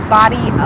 body